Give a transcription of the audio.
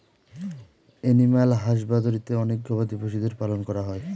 animal হাসবাদরীতে অনেক গবাদি পশুদের পালন করা হয়